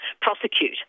prosecute